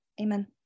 Amen